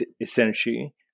essentially